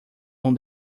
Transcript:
vão